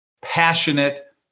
passionate